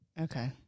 Okay